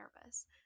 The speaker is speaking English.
nervous